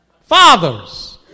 Fathers